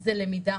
זה למידה,